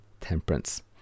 temperance